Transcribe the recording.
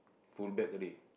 full black already